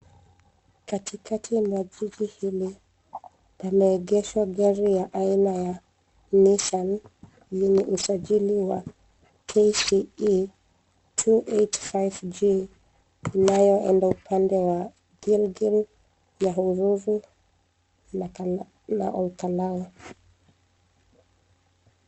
Katikati mwa jiji hili , pameegeshwa gari ya aina ya Nissan yenye usajili wa KCE 285G linayoenda upande wa Gilgil , Nyahururu na Olkalau.